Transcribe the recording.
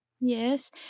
Yes